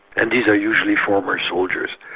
and these are usually former soldiers.